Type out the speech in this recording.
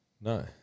No